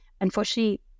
Unfortunately